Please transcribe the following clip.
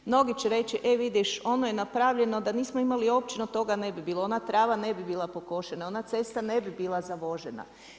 Mnogi će reći, e vidiš ono je napravljeno da nismo imali općinu, toga ne bi bilo, ona trava ne bi bila pokošena, ona cesta ne bi bila za vožena.